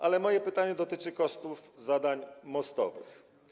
Ale moje pytanie dotyczy kosztów zadań mostowych.